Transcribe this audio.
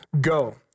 go